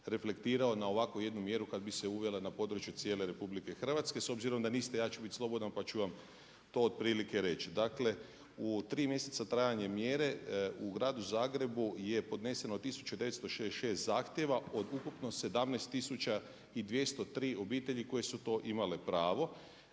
reflektirao na ovakvu jednu mjeru kad bi se uvela na području cijele Republike Hrvatske. S obzirom da niste ja ću bit slobodan pa ću vam to otprilike reći. Dakle, u tri mjeseca trajanje mjere u gradu Zagrebu je podneseno 1966 zahtjeva od ukupno 17203 obitelji koje su to imale pravo